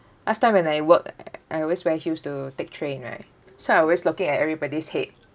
last time when I work I always wear heels to take train right so I always looking at everybody's head